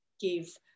give